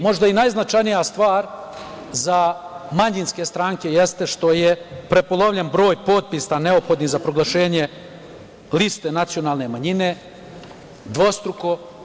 Možda najznačajnija stvar za manjinske stranke jeste što je prepolovljen broj potpisa neophodnih za proglašenje liste nacionalne manjine dvostruko.